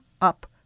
up